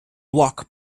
bloc